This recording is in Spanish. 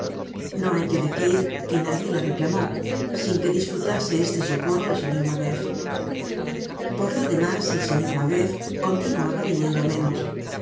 no hay que decir que nadie la reclamó sin que disfrutase este socorro el señor mabeuf por lo demás el señor mabeuf continuaba viniendo á menos